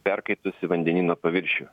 perkaitusį vandenyno paviršių